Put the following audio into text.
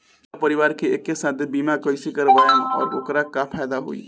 पूरा परिवार के एके साथे बीमा कईसे करवाएम और ओकर का फायदा होई?